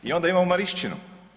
I onda imamo Marišćinu.